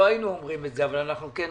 היינו אומרים את זה אבל אנחנו כן אומרים.